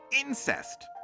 Incest